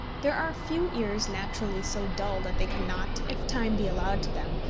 there are few ears naturally so dull that they cannot, if time be allowed to them,